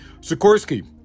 Sikorsky